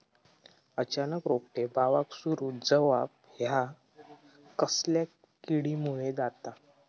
अचानक रोपटे बावाक सुरू जवाप हया कसल्या किडीमुळे जाता?